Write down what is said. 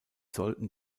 sollten